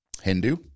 Hindu